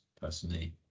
personally